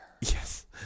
Yes